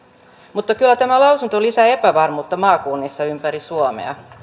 mutta kyllä tämä lausunto lisää epävarmuutta maakunnissa ympäri suomea